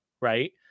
right